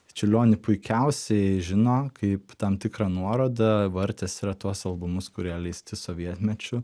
čiurlionį puikiausiai žino kaip tam tikrą nuorodą vartęs yra tuos albumus kurie leisti sovietmečiu